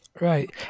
Right